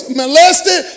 molested